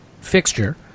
fixture